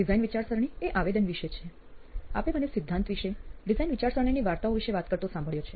design વિચારસરણી એ આવેદન વિષે છે આપે મને સિદ્ધાંત વિષે ડિઝાઇન વિચારસરણીની વાર્તાઓ વિષે વાત કરતા સાંભળ્યો છે